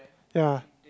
ya